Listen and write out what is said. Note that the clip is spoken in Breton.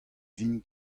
vin